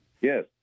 Yes